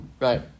Right